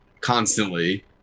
constantly